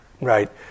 Right